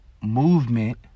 movement